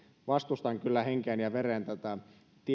vastustan kyllä henkeen ja vereen tätä